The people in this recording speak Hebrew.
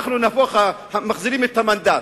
אנחנו מחזירים את המנדט.